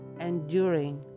enduring